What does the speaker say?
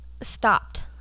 stopped